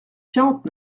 quarante